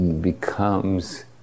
becomes